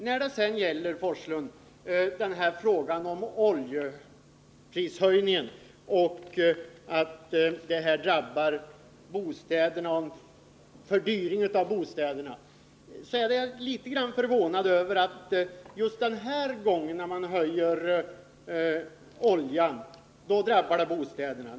När det sedan gäller frågan om huruvida oljeprishöjningen ökar bostadskostnaderna är jag litet grand förvånad över att man just denna gång menar att oljeprishöjningen drabbar bostäderna.